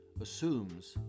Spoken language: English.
assumes